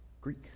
Greek